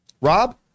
Rob